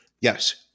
Yes